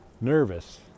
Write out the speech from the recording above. nervous